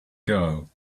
girl